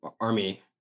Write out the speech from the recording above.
Army